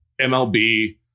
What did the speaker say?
MLB